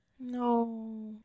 No